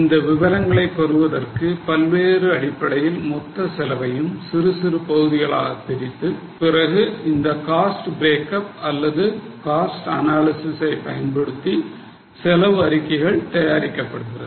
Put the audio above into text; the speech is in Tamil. இந்த விவரங்களைப் பெறுவதற்கு பல்வேறு அடிப்படையில் மொத்த செலவையும் சிறு சிறு பகுதிகளாக பிரித்து பிறகு இந்த காஸ்ட் பிரேக்கப் அல்லது காஸ்ட் அனாலிசிஸ் ஐ பயன்படுத்தி செலவு அறிக்கைகள் தயாரிக்கப்படுகிறது